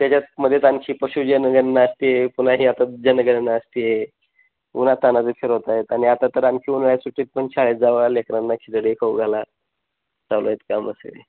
त्याच्यात मध्येच आ आणखी पशुजनगणना असते पुन्हा ही आता जनगणना असते उन्हातान्हाच फिरवत आहेत आणि आता तर आणखी उन्हाळ्याच्या सुट्टीतपण शाळेत जा लेकरांना खिचडी खाऊ घाला चालूय आहेत कामं सगळी